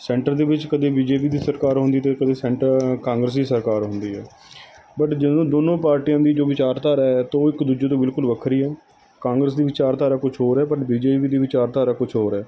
centre ਦੇ ਵਿੱਚ ਕਦੇ ਬੀ ਜੇ ਪੀ ਦੀ ਸਰਕਾਰ ਆਉਂਦੀ ਅਤੇ ਕਦੇ ਸੈਂਟਰ ਕਾਂਗਰਸੀ ਸਰਕਾਰ ਹੁੰਦੀ ਹੈ ਬਟ ਜਦੋਂ ਦੋਨੋਂ ਪਾਰਟੀਆਂ ਦੀ ਜੋ ਵਿਚਾਰਧਾਰਾ ਹੈ ਅਤੇ ਇੱਕ ਦੂਜੇ ਤੋਂ ਬਿਲਕੁਲ ਵੱਖਰੀ ਹੈ ਕਾਂਗਰਸ ਦੀ ਵਿਚਾਰਧਾਰਾ ਕੁੱਛ ਹੋਰ ਹੈ ਪਰ ਬੀ ਜੇ ਪੀ ਦੇ ਵਿਚਾਰਧਾਰਾ ਕੁੱਛ ਹੋਰ ਹੈ